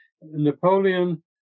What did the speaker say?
Napoleon